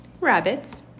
Rabbits